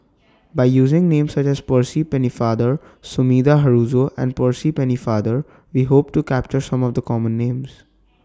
By using Names such as Percy Pennefather Sumida Haruzo and Percy Pennefather We Hope to capture Some of The Common Names